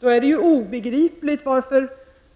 Då är det obegripligt varför